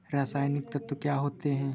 रसायनिक तत्व क्या होते हैं?